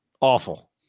Awful